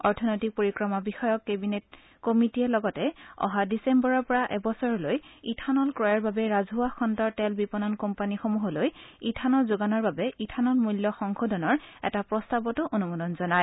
অৰ্থনৈতিক পৰিক্ৰমা বিষয়ক কেবিনেট কমিটিয়ে লগতে অহা ডিচেম্বৰৰ পৰা এবছৰলৈ ইথানল ক্ৰয়ৰ বাবে ৰাজহুৱা খণ্ডৰ তেল বিপণন কোম্পানীসমূহলৈ ইথালন যোগানৰ বাবে ইথানল মূল্য সংশোধনৰ এটা ব্যৱস্থাটো অনুমোদন জনায়